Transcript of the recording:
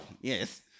Yes